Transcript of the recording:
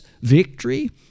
victory